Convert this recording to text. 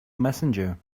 messenger